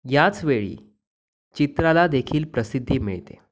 याच वेळी चित्रालादेखील प्रसिद्धी मिळते